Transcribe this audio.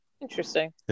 interesting